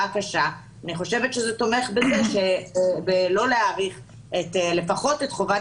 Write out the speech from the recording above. הקשה אני חושבת שזה תומך באי הארכת לפחות את חובת